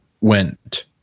went